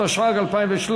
התשע"ג 2013,